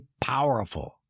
powerful